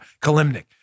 Kalimnik